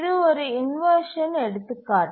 இது ஒரு இன்வர்ஷன் எடுத்துக்காட்டு